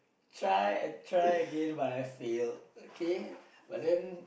try and try again but I failed okay but then